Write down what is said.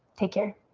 take care.